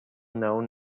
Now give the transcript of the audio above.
known